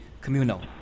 communal